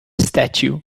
statue